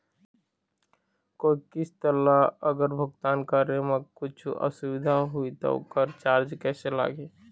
कोई किस्त ला अगर भुगतान करे म कुछू असुविधा होही त ओकर चार्ज कैसे लगी?